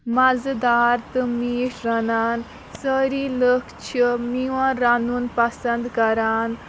مَزٕدار تہٕ میٖٹھۍ رَنان سٲری لُکھ چھِ میون رَنُن پَسںٛد کَران